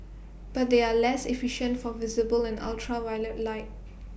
but they are less efficient for visible and ultraviolet light